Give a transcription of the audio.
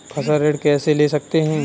फसल ऋण कैसे ले सकते हैं?